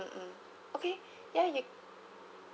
mm okay ya you